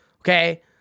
Okay